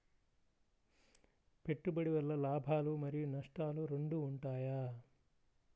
పెట్టుబడి వల్ల లాభాలు మరియు నష్టాలు రెండు ఉంటాయా?